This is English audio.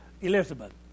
Elizabeth